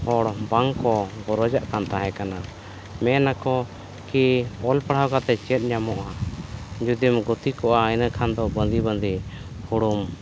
ᱦᱚᱲ ᱵᱟᱝᱠᱚ ᱜᱚᱨᱚᱡᱟᱜ ᱠᱟᱱ ᱛᱟᱦᱮᱸ ᱠᱟᱱᱟ ᱢᱮᱱ ᱟᱠᱚ ᱠᱤ ᱚᱞ ᱯᱟᱲᱦᱟᱣ ᱠᱟᱛᱮᱫ ᱪᱮᱫ ᱧᱟᱢᱚᱜᱼᱟ ᱡᱩᱫᱤᱢ ᱜᱩᱛᱤ ᱠᱚᱜᱼᱟ ᱮᱱᱠᱷᱟᱱ ᱫᱚ ᱵᱟᱺᱫᱤ ᱵᱟᱺᱫᱤ ᱦᱳᱲᱳᱢ